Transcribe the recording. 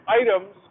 items